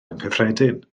anghyffredin